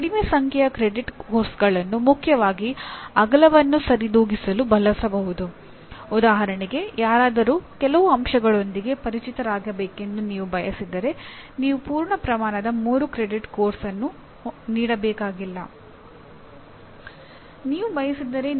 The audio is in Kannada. ಈಗ ಟಿಎಎಲ್ಇ ಪಠ್ಯಕ್ರಮದ ಪರಿಣಾಮಗಳನ್ನು ಹೇಗೆ ಬರೆಯುವುದು ಮತ್ತು ಪರಿಣಾಮಗಳ ಸಾಧನೆಯನ್ನು ನೀವು ಹೇಗೆ ಅಳೆಯುತ್ತೀರಿ ಎಂಬಂತಹ ವಿಷಯಗಳನ್ನು ಇದು ತಿಳಿಸಿಕೊಡುತ್ತದೆ